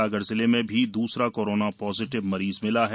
सागर जिले में भी दूसरा कोरोना पॉजीटिव मरीज मिला है